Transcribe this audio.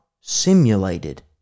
simulated